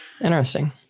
Interesting